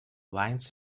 lines